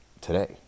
today